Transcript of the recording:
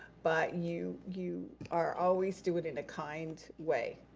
but you you are always do it in a kind way.